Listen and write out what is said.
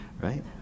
right